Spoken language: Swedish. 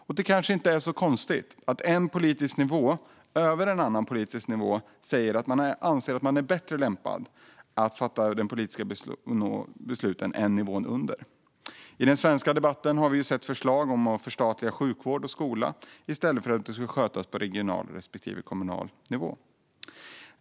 Det är kanske inte så konstigt att en politisk nivå över en annan politisk nivå anser att man är bättre lämpad att fatta de politiska besluten än nivån under. I den svenska debatten har vi sett förslag om att förstatliga sjukvård och skola i stället för att de ska skötas på regional respektive kommunal nivå.